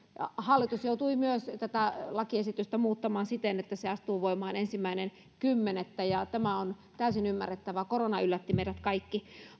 hallitus joutui myös tätä lakiesitystä muuttamaan siten että se astuu voimaan ensimmäinen kymmenettä tämä on täysin ymmärrettävää korona yllätti meidät kaikki